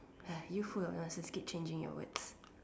you full of keep changing your words